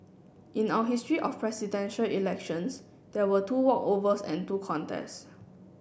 in our history of Presidential Elections there were two walkovers and two contests